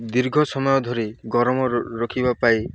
ଦୀର୍ଘ ସମୟ ଧରି ଗରମ ରଖିବା ପାଇଁ